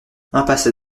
impasse